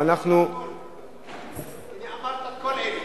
הנה אמרת את כל אלה.